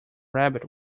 rabbit